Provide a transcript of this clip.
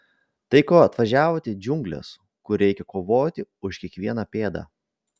tai ko atvažiavote į džiungles kur reikia kovoti už kiekvieną pėdą